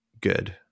good